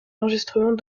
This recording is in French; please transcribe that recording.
enregistrements